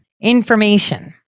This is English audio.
Information